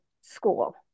school